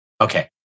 Okay